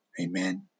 Amen